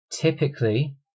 typically